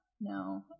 No